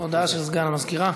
הודעה של סגן המזכירה.